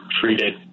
treated